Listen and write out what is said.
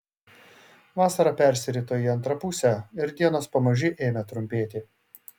vasara persirito į antrą pusę ir dienos pamaži ėmė trumpėti